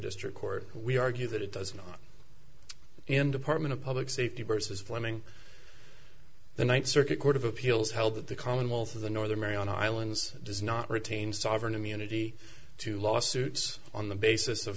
district court we argue that it does not in department of public safety versus fleming the ninth circuit court of appeals held that the commonwealth of the northern mariana islands does not retain sovereign immunity to lawsuits on the basis of